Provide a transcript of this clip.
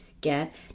get